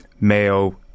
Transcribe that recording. Mayo